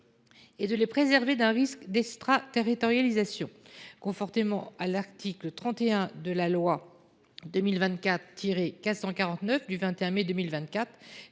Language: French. et de les préserver d’un risque d’extraterritorialisation, conformément à l’article 31 de la loi n° 2024 449 du 21 mai 2024